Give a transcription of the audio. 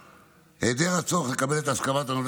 היעדר הצורך לקבל את הסכמת המלווה